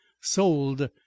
sold